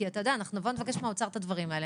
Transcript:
כי אתה יודע אנחנו נבוא ונבקש מהאוצר את הדברים האלה,